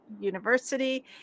university